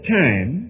time